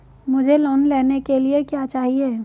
मुझे लोन लेने के लिए क्या चाहिए?